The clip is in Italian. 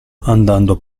andando